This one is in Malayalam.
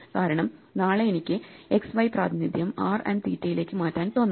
കാരണം നാളെ എനിക്ക് x y പ്രാതിനിധ്യം R ആൻഡ് തീറ്റ യിലേക്ക് മാറ്റാൻ തോന്നാം